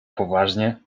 poważnie